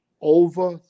over